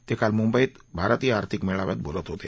ते काल मुंबईत भारतीय आर्थिक मेळाव्यात बोलत होते